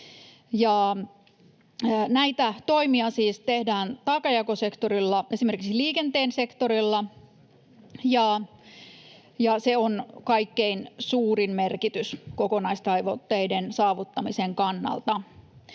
Näitä toimia taakanjakosektorilla tehdään siis esimerkiksi liikenteen sektorilla, ja sillä on kaikkein suurin merkitys kokonaistavoitteiden saavuttamisen kannalta.